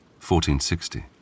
1460